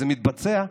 זה מתבצע?